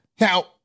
Now